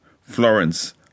Florence